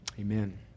Amen